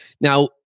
Now